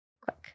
quick